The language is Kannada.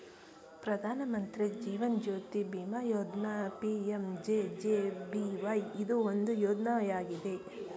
ಪ್ರಧಾನ ಮಂತ್ರಿ ಜೀವನ್ ಜ್ಯೋತಿ ಬಿಮಾ ಯೋಜ್ನ ಪಿ.ಎಂ.ಜೆ.ಜೆ.ಬಿ.ವೈ ಇದು ಒಂದು ಯೋಜ್ನಯಾಗಿದೆ